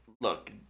Look